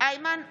איימן עודה,